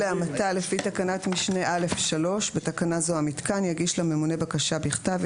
להמתה לפי תקנת משנה (א)(3) (בתקנה זו המיתקן) יגיש לממונה בקשה בכתב,